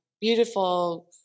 beautiful